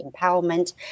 empowerment